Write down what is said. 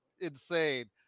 insane